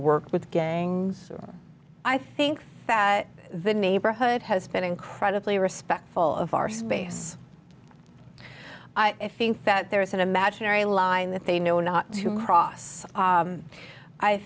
with gangs i think that the neighborhood has been incredibly respectful of our space i think that there is an imaginary line that they know not to cross